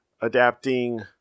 adapting